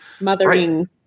mothering